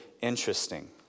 interesting